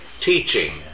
teaching